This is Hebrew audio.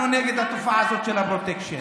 אנחנו נגד התופעה הזאת של הפרוטקשן,